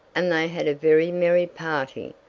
and they had a very merry party.